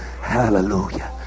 Hallelujah